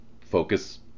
focus